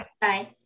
Bye